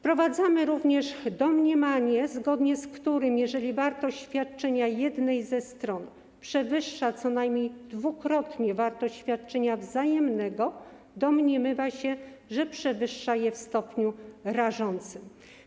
Wprowadzamy również domniemanie, zgodnie z którym, jeżeli wartość świadczenia jednej ze stron przewyższa co najmniej dwukrotnie wartość świadczenia wzajemnego, domniemywa się, że przewyższa je w stopniu rażącym.